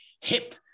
hip